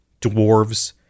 dwarves